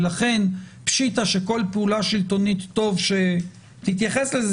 ולכן פשיטא שכל פעולה שלטונית טוב שתתייחס לזה,